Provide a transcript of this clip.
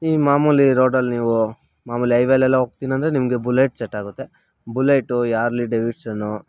ಈ ಮಾಮೂಲಿ ರೋಡಲ್ಲಿ ನೀವು ಮಾಮೂಲಿ ಐವೆಯಲ್ಲೆಲ್ಲ ಹೋಗ್ತೀನಂದ್ರೆ ನಿಮಗೆ ಬುಲೆಟ್ ಸೆಟ್ಟಾಗುತ್ತೆ ಬುಲೆಟು ಈ ಆರ್ಲೆ ಡೇವಿಡ್ಸನ್ನು